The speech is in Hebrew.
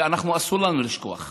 ולנו אסור לשכוח.